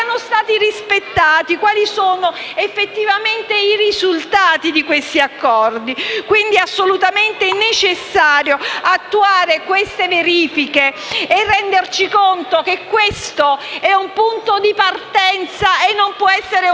quali siano effettivamente i risultati di tali accordi. È quindi assolutamente necessario attuare queste verifiche e renderci conto che questo è un punto di partenza e non può essere un punto di arrivo.